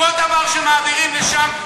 כל דבר שמעבירים לשם,